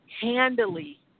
handily